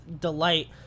Delight